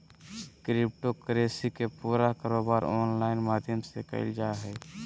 crypto currency के पूरा कारोबार ऑनलाइन माध्यम से क़इल जा हइ